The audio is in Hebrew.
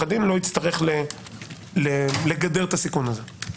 דין לא יצטרך לגדר את הסיכון הזה.